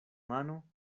mano